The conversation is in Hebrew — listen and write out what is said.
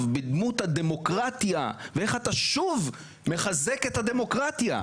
בדמות הדמוקרטיה ואיך אתה שוב מחזק את הדמוקרטיה.